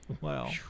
Wow